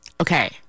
Okay